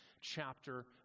chapter